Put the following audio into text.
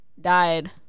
died